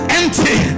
empty